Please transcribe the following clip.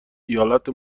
ایالت